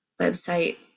website